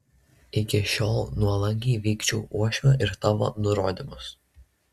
iki šiol nuolankiai vykdžiau uošvio ir tavo nurodymus